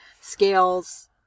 Scales